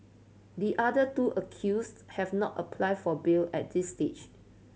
the other two accused have not applied for bail at this stage